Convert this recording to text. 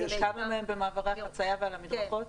כמה מהם במעברי החציה ועל המדרכות?